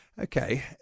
Okay